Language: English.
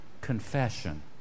Confession